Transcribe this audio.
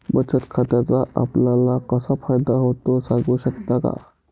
बचत खात्याचा आपणाला कसा फायदा होतो? सांगू शकता का?